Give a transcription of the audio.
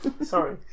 Sorry